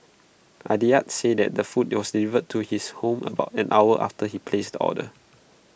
Aditya said that the food was delivered to his home about an hour after he placed the order